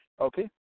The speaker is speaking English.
Okay